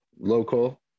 local